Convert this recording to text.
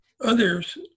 others